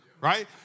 right